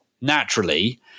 naturally